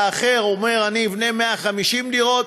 והאחר אומר: אני אבנה 150 דירות,